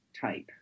type